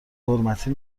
حرمتی